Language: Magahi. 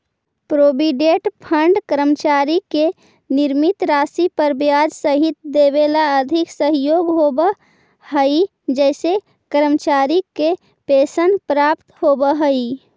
प्रोविडेंट फंड कर्मचारी के निश्चित राशि पर ब्याज सहित देवेवाला आर्थिक सहयोग होव हई जेसे कर्मचारी के पेंशन प्राप्त होव हई